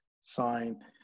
sign